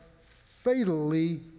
fatally